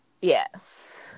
Yes